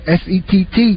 s-e-t-t